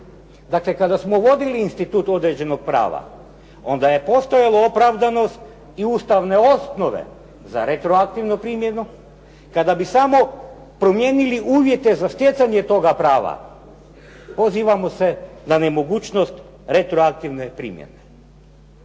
Dakle, kada smo vodili institut određenog prava onda je postojala opravdanost i ustavne osnove za retroaktivnu primjenu. Kada bi samo promijenili uvjete za stjecanje toga prava, pozivamo se na nemogućnost retroaktivne primjene.